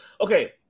Okay